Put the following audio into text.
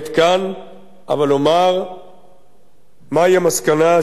אבל אומר מהי המסקנה שאנחנו מגיעים אליה,